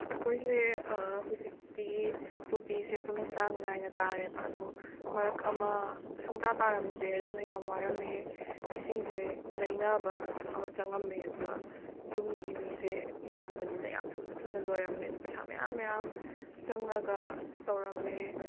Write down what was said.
ꯑꯩꯈꯣꯏꯁꯦ ꯍꯧꯖꯤꯛꯇꯤ ꯇꯣꯇꯤꯁꯦ ꯑꯗꯨꯝ ꯆꯥꯡ ꯅꯥꯏꯅ ꯇꯥꯔꯦꯕ ꯑꯗꯣ ꯃꯔꯛ ꯑꯃ ꯁꯨꯡꯇꯥ ꯇꯥꯔꯝꯗꯦ ꯑꯗꯨꯅ ꯌꯥꯝ ꯋꯥꯔꯝꯃꯦ ꯏꯁꯤꯡꯁꯦ ꯂꯩꯅꯕ ꯑꯃ ꯆꯥꯉꯝꯃꯦ ꯑꯗꯨꯗ ꯌꯨꯝꯒꯤ ꯃꯤꯁꯦ ꯌꯥꯝꯕꯅꯤꯅ ꯌꯥꯝ ꯊꯨꯅ ꯊꯨꯅ ꯂꯣꯏꯔꯝꯃꯦ ꯑꯗꯣ ꯄꯩꯁꯥ ꯃꯌꯥꯝ ꯃꯌꯥꯝ ꯆꯪꯉꯒ ꯇꯧꯔꯝꯃꯦ